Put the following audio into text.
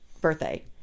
birthday